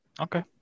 Okay